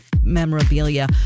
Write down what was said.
memorabilia